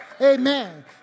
Amen